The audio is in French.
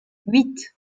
huit